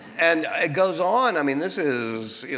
and it goes on. i mean, this is,